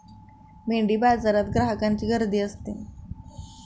मेंढीबाजारात ग्राहकांची गर्दी असते